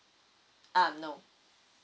um no